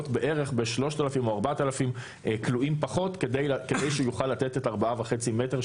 בערך ב-3,000 או 4,000 פחות כלואים כדי שהוא יוכל לתת את ה-4.5 מטר,